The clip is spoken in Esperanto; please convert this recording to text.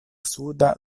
suda